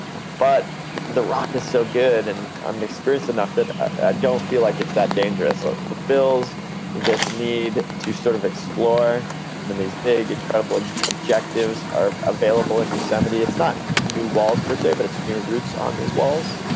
but the rock is so good and i'm experienced enough that i ah don't feel like it's that dangerous. it so fulfills this need to sort of explore when these big incredible and objectives are available in yosemite. it's not new walls per se, but it's new routes on these walls.